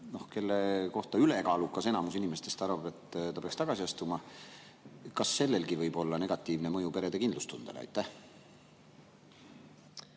kelle kohta ülekaalukas enamik inimestest arvab, et ta peaks tagasi astuma, võib olla negatiivne mõju perede kindlustundele? Aitäh,